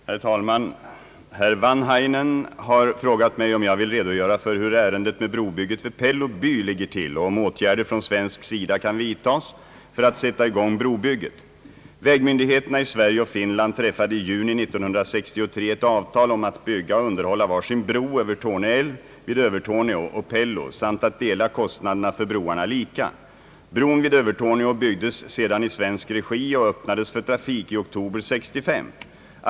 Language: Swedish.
Herr talman! Herr Wanhainen har frågat mig om jag vill redogöra för hur ärendet med brobygget vid Pello by ligger till och om åtgärder från svensk sida kan vidtagas för att sätta i gång brobygget. Vägmyndigheterna i Sverige och Finland träffade i juni 1963 ett avtal om att bygga och underhålla var sin bro över Torne älv vid Övertorneå och Pello samt att dela kostnaderna för broarna lika. Bron vid Övertorneå byggdes sedan i svensk regi och öppnades för trafik i oktober 19635.